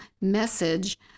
message